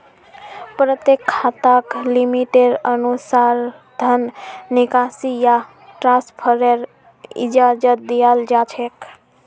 प्रत्येक खाताक लिमिटेर अनुसा र धन निकासी या ट्रान्स्फरेर इजाजत दीयाल जा छेक